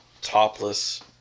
topless